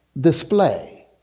display